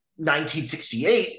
1968